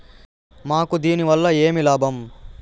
మాకు దీనివల్ల ఏమి లాభం